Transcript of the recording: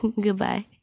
goodbye